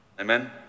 Amen